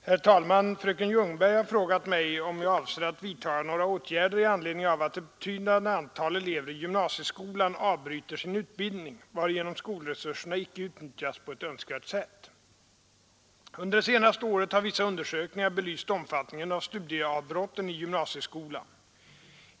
Herr talman! Fröken Ljungberg har frågat mig, om jag avser vidtaga några åtgärder i anledning av att ett betydande antal elever i gymnasieskolan avbryter sin utbildning, varigenom skolresurserna icke utnyttjas på ett önskvärt sätt. Under det senaste året har vissa undersökningar belyst omfattningen av studieavbrotten i gymnasieskolan.